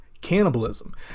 cannibalism